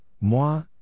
moi